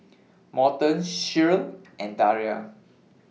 Morton Shirl and Daria